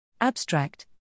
Abstract